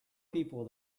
people